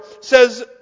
says